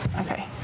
Okay